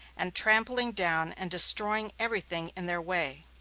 and trampling down and destroying every thing in their way.